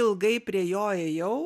ilgai prie jo ėjau